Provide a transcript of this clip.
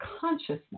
consciousness